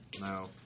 No